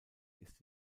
ist